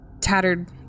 tattered